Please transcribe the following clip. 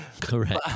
correct